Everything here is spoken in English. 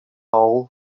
all